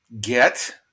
get